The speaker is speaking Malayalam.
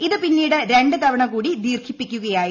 ഇത് പിന്നീട് രണ്ടുതവണ കൂടി ദീർഘിപ്പിക്കുകയായിരുന്നു